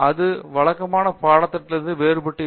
அது வழக்கமான பாடத்திட்டத்திலிருந்து வேறுபட்டு இருக்க வேண்டும்